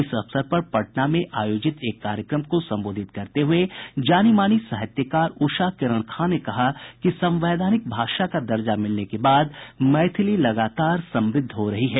इस अवसर पर पटना में आयोजित एक कार्यक्रम को संबोधित करते हुए जानीमानी साहित्यकार उषा किरण खां ने कहा कि संवैधानिक भाषा का दर्जा मिलने के बाद मैथिली लगातार समृद्ध हो रही है